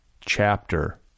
chapter